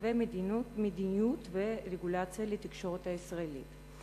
תתווה מדיניות ורגולציה לתקשורת הישראלית.